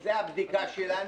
זה הבדיקה שלנו.